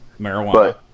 Marijuana